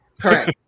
correct